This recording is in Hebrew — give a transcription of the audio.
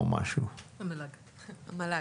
המל"ג.